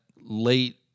late